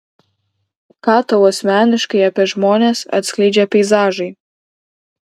ką tau asmeniškai apie žmones atskleidžia peizažai